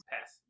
Pass